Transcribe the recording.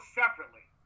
separately